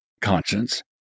conscience